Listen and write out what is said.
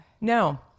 no